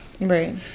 Right